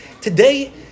Today